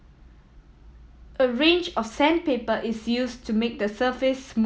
a range of sandpaper is used to make the surface smooth